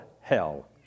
hell